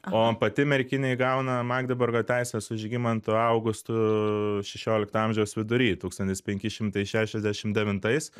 o pati merkinė įgauna magdeburgo teises su žygimantu augustu šešiolikto amžiaus vidury tūkstantis penki šimtai šešiasdešimt devintais